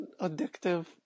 addictive